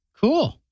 cool